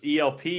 elp